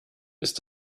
ist